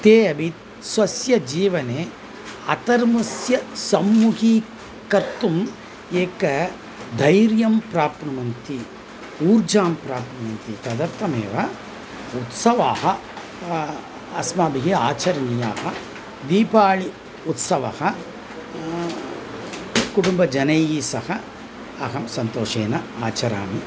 ते अपि स्वस्य जीवने अधर्मस्य सम्मुखीकर्तुम् एकं धैर्यं प्राप्नुवन्ति ऊर्जां प्राप्नुवन्ति तदर्थमेव उत्सवाः अस्माभिः आचरणीयाः दीपावलि उत्सवः कुटुम्बजनैः सह अहं सन्तोषेण आचरामि